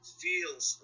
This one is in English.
feels